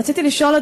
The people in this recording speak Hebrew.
רציתי לשאול,